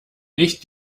nicht